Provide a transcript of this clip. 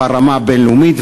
ברמה הבין-לאומית,